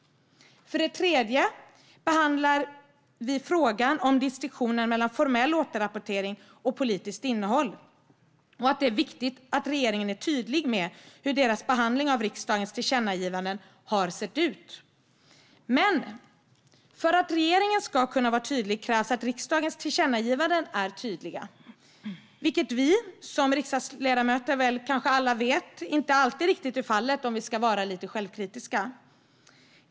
För det tredje har vi behandlat frågan om distinktionen mellan formell återrapportering och politiskt innehåll och att det är viktigt att regeringen är tydlig med hur dess behandling av riksdagens tillkännagivanden har sett ut. Men för att regeringen ska kunna vara tydlig krävs att riksdagens tillkännagivanden är tydliga - vilket vi som riksdagsledamöter, om vi ska vara lite självkritiska, kanske alla vet inte alltid riktigt är fallet.